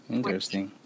Interesting